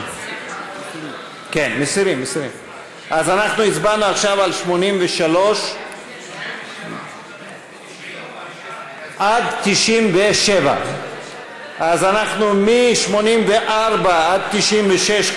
הצבענו עכשיו על 83. 97. עד 97. אז אנחנו מ-84 עד 96,